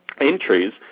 entries